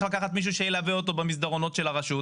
לקחת מישהו שילווה אותו במסדרונות של הרשות.